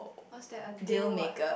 what's that a deal what